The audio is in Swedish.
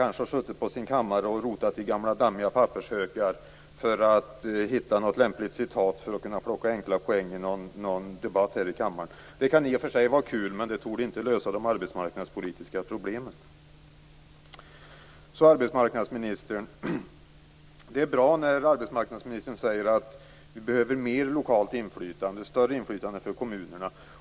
Han har kanske suttit på sin kammare och rotat i gamla dammiga pappershögar för hitta något lämpligt citat att plocka hem poäng med i någon debatt. Det kan i och för sig vara kul, men det torde inte lösa de arbetsmarknadspolitiska problemen. Så över till det som arbetsmarknadsministern sade. Det är bra att hon säger att det behövs större lokalt inflytande för kommunerna.